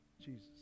Jesus